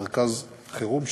מרכז חירום,